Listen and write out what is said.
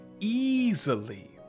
easily